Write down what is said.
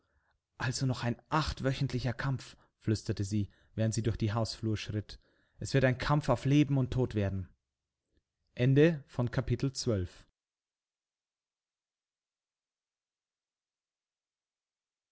also noch ein achtwöchentlicher kampf flüsterte sie während sie durch die hausflur schritt es wird ein kampf auf leben und tod werden